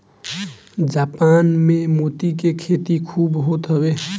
Japan में मोती के खेती खूब होत हवे